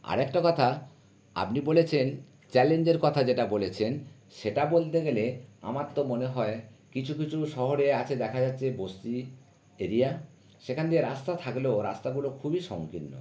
আর একটা কথা আপনি বলেছেন চ্যালেঞ্জের কথা যেটা বলেছেন সেটা বলতে গেলে আমার তো মনে হয় কিছু কিছু শহরে আছে দেখা যাচ্ছে বস্তি এরিয়া সেখান দিয়ে রাস্তা থাকলেও রাস্তাগুলো খুবই সংকীর্ণ